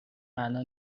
معنا